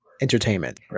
entertainment